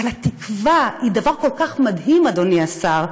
אבל התקווה היא דבר כל כך מדהים, אדוני השר,